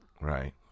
Right